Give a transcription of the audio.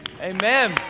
amen